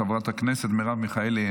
חברת הכנסת מרב מיכאלי,